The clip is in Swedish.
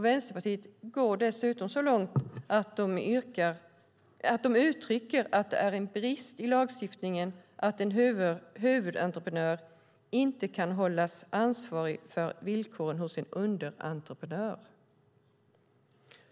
Vänsterpartiet går så långt att de uttrycker att det är en brist i lagstiftningen att en huvudentreprenör inte kan hållas ansvarig för villkoren hos en underentreprenör.